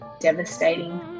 Devastating